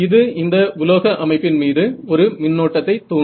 இது இந்த உலோக அமைப்பின் மீது ஒரு மின்னோட்டத்தை தூண்டும்